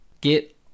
get